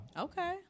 Okay